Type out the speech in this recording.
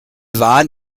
waren